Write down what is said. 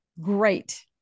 great